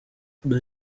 dore